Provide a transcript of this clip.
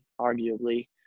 arguably